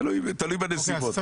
תלוי בנסיבות.